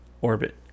Orbit